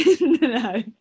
No